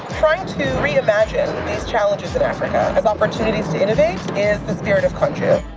trying to reimagine these challenges in africa as opportunities to innovate is the spirit of kanju.